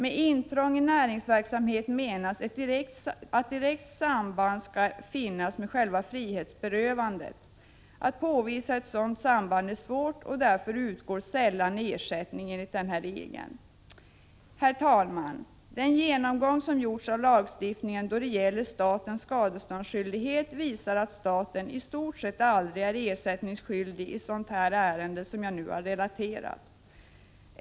För att intrång i näringsverksamheten skall anses föreligga krävs att ett direkt samband med själva frihetsberövandet skall finnas. Att påvisa ett sådant samband är svårt, och därför utgår sällan ersättning enligt denna regel. Herr talman! Den genomgång som gjorts av lagstiftningen då det gäller statens skadeskyldighet visar att staten i stort sett aldrig är ersättningsskyldig i ett sådant ärende som jag nu har relaterat.